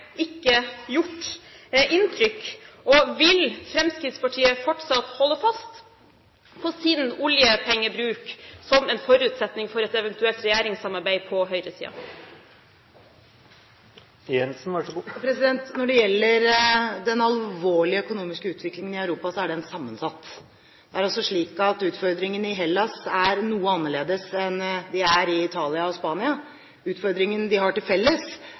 ikke det gjort inntrykk? Vil Fremskrittspartiet fortsatt holde fast på sin oljepengebruk som en forutsetning for et eventuelt regjeringssamarbeid på høyresiden? Når det gjelder den alvorlige økonomiske utviklingen i Europa, er den sammensatt. Det er altså slik at utfordringene i Hellas er noe annerledes enn de er i Italia og Spania. Utfordringene de har til felles,